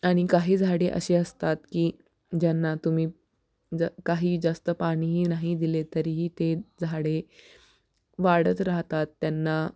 आणि काही झाडे असे असतात की ज्यांना तुम्ही ज काही जास्त पाणीही नाही दिले तरीही ते झाडे वाढत राहतात त्यांना